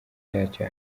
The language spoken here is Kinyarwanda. yacyo